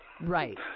Right